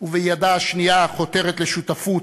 ובידה השנייה חותרת לשותפות,